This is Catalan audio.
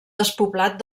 despoblat